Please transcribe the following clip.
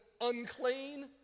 unclean